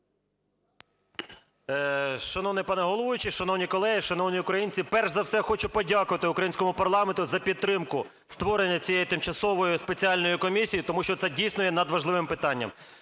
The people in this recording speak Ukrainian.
Шановний пане головуючий, шановні колеги, шановні українці, перш за все, хочу подякувати українським парламенту за підтримку створення цієї тимчасової спеціальної комісії, тому що це дійсно є надважливим питанням.